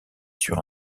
sur